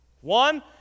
One